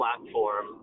platform